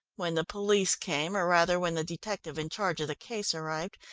when the police came, or rather, when the detective in charge of the case arrived,